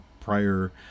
prior